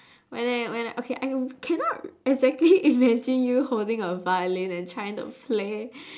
when I when I okay I w~ cannot exactly imagine you holding a violin and trying to play